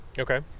Okay